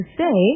say